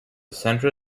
centre